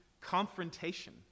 confrontation